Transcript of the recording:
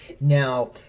Now